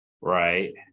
Right